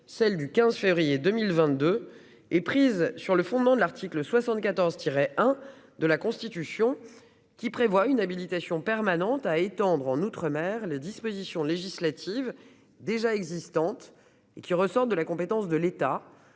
du 15 février 2022, qui a été prise sur le fondement de l'article 74-1 de la Constitution, prévoit une habilitation permanente pour étendre à l'outre-mer les dispositions législatives déjà existantes qui ressortent de la compétence de l'État,